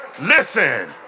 Listen